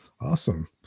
Awesome